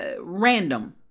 random